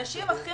הנשים הכי